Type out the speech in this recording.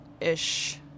Ish